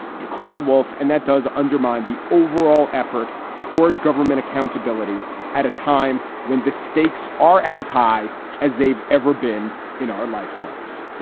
you cried wolf. and that does undermine the overall effort toward government accountability at a time when the stakes are as high as they've ever been in our lifetimes